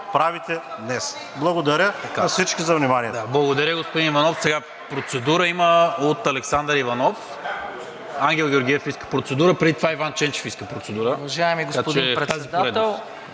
правите днес. Благодаря на всички за вниманието.